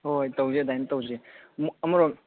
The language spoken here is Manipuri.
ꯍꯣꯏ ꯇꯧꯁꯤ ꯑꯗꯨꯃꯥꯏꯅ ꯇꯧꯁꯤ ꯑꯃꯔꯣꯝ